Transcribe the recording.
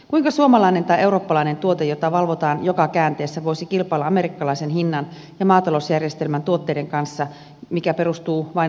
kuinka suomalainen tai eurooppalainen tuote jota valvotaan joka käänteessä voisi kilpailla amerikkalaisen hinnan ja maatalousjärjestelmän tuotteiden kanssa mikä perustuu vain lopputuotteen valvontaan